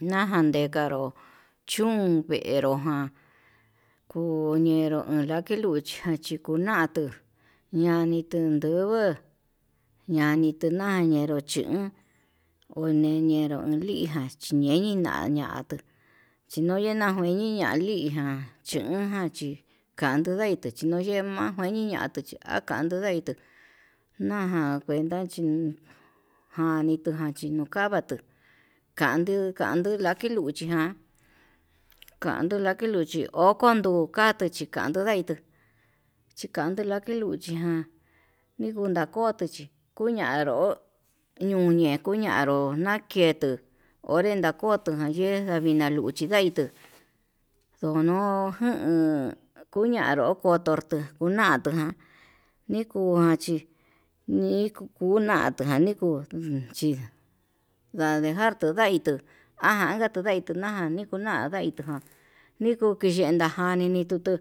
Naja nekanro chún venró ján, kuñenro uun lakeluchi ján chí kunatu uu ñani tunduvuu, ñane tuna'a chenru chún oneñenro lingan chí ñeñi ñañatuu chiloyena njuiniya linján chunjan chí kandunda chinoyema njueni ñati chi akanduu nadi tuu, naján cuenta chí naji tunaji uun kavatuu kanduu kandu lakeluchi ján, kanduu lakeluchi onduu ka'á katuchi kandu ndaitu chikanduu lakeluchi ján nikundakoto chí, uñanro ñuñe kuñanró naketu onre nakotoña yee, ena vina nduchí laitu ono jun kuu ñanro ko'o torto natujan nikunachí, nii kuu ñatujan ni kuu chí ndadejar tundaitu han tundai taján nikuke yenda janii ini tutu